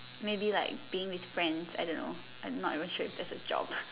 maybe like being with friends I don't know I'm not even sure if that's a job